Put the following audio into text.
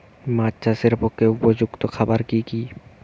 মাছ চাষের পক্ষে উপযুক্ত খাবার কি কি?